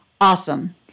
Awesome